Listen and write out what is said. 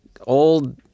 old